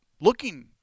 looking